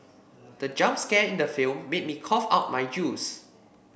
the jump scare in the film made me cough out my juice